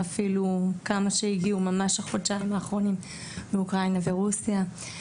אפילו כמה שהגיעו ממש בחודשיים האחרונים מאוקראינה ורוסיה.